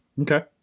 Okay